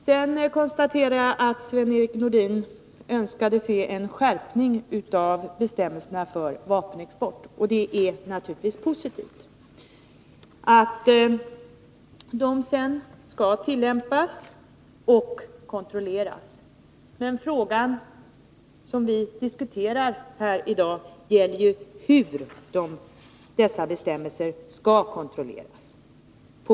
Sedan konstaterar jag att Sven-Erik Nordin önskade se en skärpning av bestämmelserna för vapenexport — och det är naturligtvis positivt — liksom att dessa sedan skall tillämpas och kontrolleras. Men den fråga som vi diskuterar häri dag gäller ju på vilket sätt dessa bestämmelser skall kontrolleras.